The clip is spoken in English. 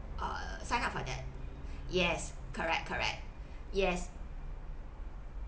err sign up for that yes correct correct yes